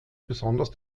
besonders